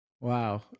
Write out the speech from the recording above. wow